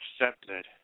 accepted